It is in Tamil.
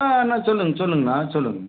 ஆ அண்ணா சொல்லுங்கள் சொல்லுங்கண்ணா சொல்லுங்கள்